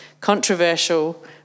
controversial